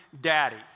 Daddy